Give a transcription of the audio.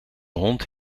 hond